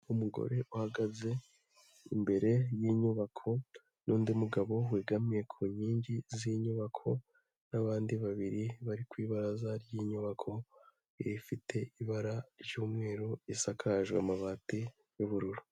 Umugore uhagaze imbere y'inyubako n'undi mugabo wegamiye ku nkingi z'inyubako n'abandi babiri bari ku ibaraza ry'inyubako, ifite ibara ry'umweru, isakajwe amabati y'ubururu.